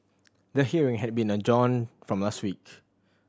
the hearing had been adjourned from last week